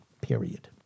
period